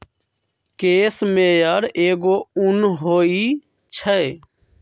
case मेयर एगो उन होई छई